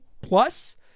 plus